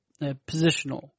positional